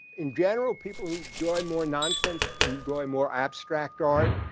in general, people who enjoy more nonsense, enjoy more abstract art,